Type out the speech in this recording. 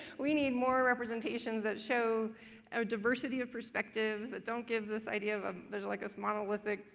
we need more representations that show a diversity of perspectives that don't give this idea of um there's like this monolithic,